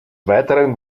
weiteren